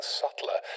subtler